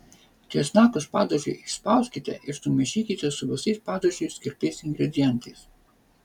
česnakus padažui išspauskite ir sumaišykite su visais padažui skirtais ingredientais